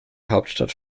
hauptstadt